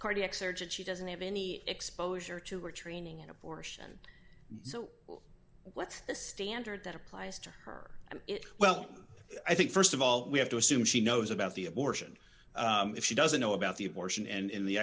cardiac surgeon she doesn't have any exposure to or training in abortion so what's the standard that applies to her well i think st of all we have to assume she knows about the abortion if she doesn't know about the abortion and in the